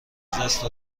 ازدست